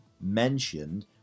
mentioned